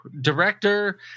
director